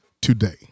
today